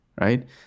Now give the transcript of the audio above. right